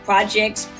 projects